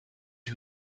who